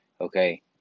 okay